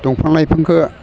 दंफां लाइफांखौ